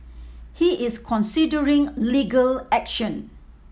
he is considering legal action